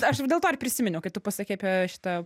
aš dėl to ir prisiminiau kai tu pasakei apie šitą